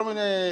כל מיני.